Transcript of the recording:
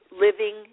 living